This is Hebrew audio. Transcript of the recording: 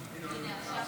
במליאה.